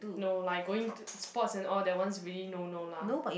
no like going to sports and all that one is really no no lah